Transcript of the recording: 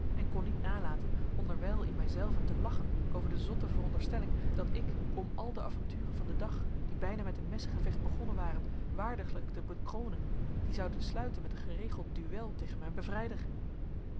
en kon niet nalaten onderwijl in mijzelven te lachen over de zotte veronderstelling dat ik om al de avonturen van den dag die bijna met een messengevecht begonnen waren waardiglijk te bekronen die zoude sluiten met een geregeld duel tegen mijn bevrijder